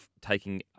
taking